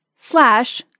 Slash